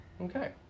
Okay